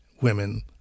women